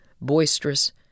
boisterous